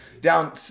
down